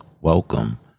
Welcome